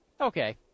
Okay